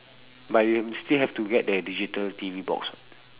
but I'm still have to get the digital T_V box